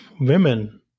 women